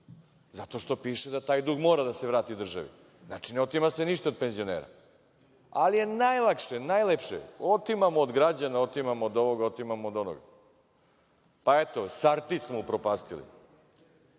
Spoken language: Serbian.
zato što piše da taj dug mora da se vrati državi. Znači, ne otima se ništa od penzionera, ali najjlakše, najjlepše otimamo od građana, otimamo od ovog, otimamo od onog, pa eto „Sartid“ smo upropastili.